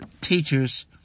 teachers